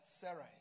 Sarah